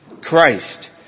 Christ